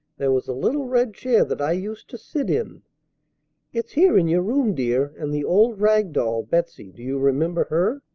there was a little red chair that i used to sit in it's here, in your room, dear, and the old rag doll, betsey do you remember her?